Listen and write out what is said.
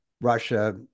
Russia